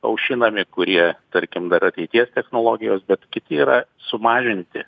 aušinami kurie tarkim dar ateities technologijos bet kiti yra sumažinti